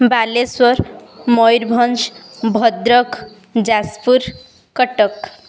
Balasore Mayurbhanj Bhadrak Jajpur Cuttack